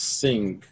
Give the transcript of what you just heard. sing